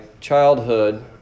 childhood